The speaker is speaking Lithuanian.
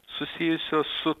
susijusios su